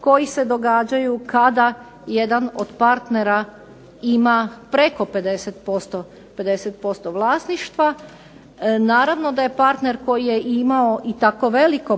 koji se događaju kada jedan od partnera ima preko 50% vlasništva. Naravno, da je partner koji je imao i tako veliko